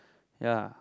ya